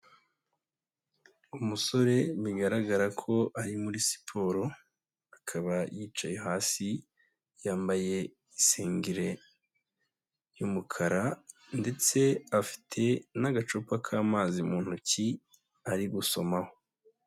Umusore bigaragara ko ari muri siporo, akaba yicaye hasi, yambaye isengeri y'umukara, ndetse afite n'agacupa k'amazi mu ntoki ari gusomaho.